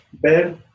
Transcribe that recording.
Ver